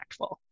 impactful